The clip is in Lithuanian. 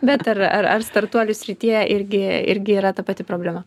bet ar ar ar startuolių srityje irgi irgi yra ta pati problema